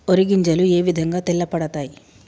వరి గింజలు ఏ విధంగా తెల్ల పడతాయి?